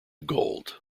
gold